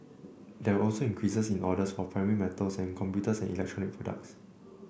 there were also increases in orders for primary metals and computers and electronic products